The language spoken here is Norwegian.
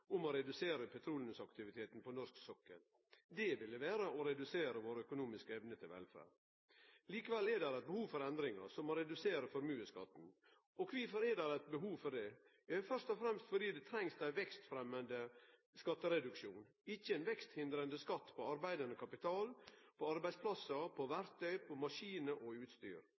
om å redusere petroleumsaktiviteten på norsk sokkel. Det ville vere å redusere vår økonomiske evne til velferd. Likevel er det behov for endringar – som å redusere formuesskatten. Kvifor er det behov for det? Jau, først og fremst fordi det trengst ein vekstfremjande skattereduksjon, ikkje ein veksthindrande skatt på arbeidande kapital, arbeidsplassar, verktøy, maskinar og utstyr.